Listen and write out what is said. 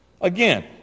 Again